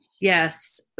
Yes